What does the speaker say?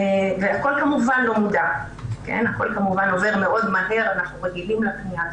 הכול כמובן עובר מהר, ואנחנו רגילים לפנייה הזו.